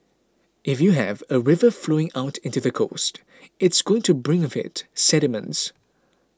if you have a river flowing out into the coast it's going to bring with it sediments